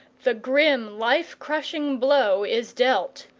the grim life-crushing blow is dealt.